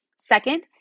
Second